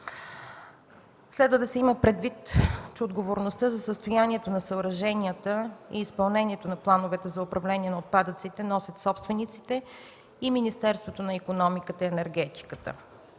Следва да се има предвид, че отговорността за състоянието на съоръженията и изпълнението на плановете за управление на отпадъците носят собствениците и Министерството на икономиката и енергетиката,